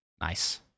Nice